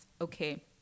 okay